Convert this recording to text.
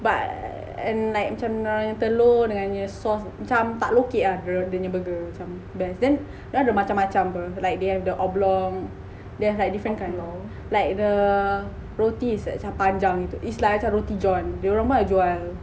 but like macam dia orang punya telur dengan sauce macam tak lokek ah dia orang punya burger macam best kan dia orang ada macam macam burger like dia ada oblong they have different kind like the roti is like panjang gitu is like macam roti john dia orang pon ada jual